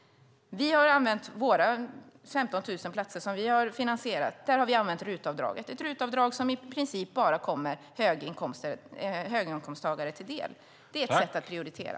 För de 15 000 platser som vi har finansierat har vi använt RUT-avdraget. RUT-avdraget kommer i princip bara höginkomsttagare till del. Det är ett sätt att prioritera.